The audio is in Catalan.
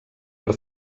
per